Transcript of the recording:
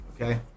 Okay